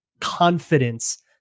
confidence